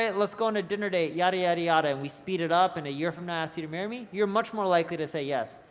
let's go on a dinner date, yadda, yadda, yadda, and we speed it up, and a year from now, i ask you to marry me, you're much more likely to say yes.